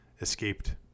escaped